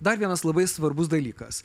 dar vienas labai svarbus dalykas